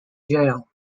jail